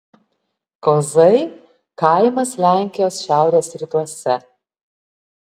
kozai kaimas lenkijos šiaurės rytuose